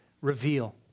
reveal